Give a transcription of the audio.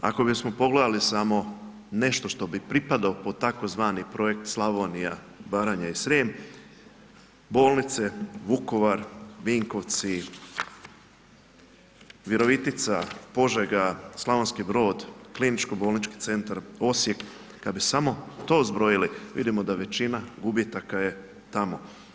Ako bismo pogledali samo nešto što bi pripadao pod tzv. projekt Slavonija, Baranja i Srijem, bolnice Vukovar, Vinkovci, Virovitica, Požega, Slavonski Brod, KBC Osijek, kad bi samo to zbrojili, vidimo da većina gubitaka je tamo.